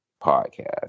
podcast